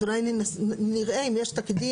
אז אולי נראה אם יש תקדים,